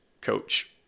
coach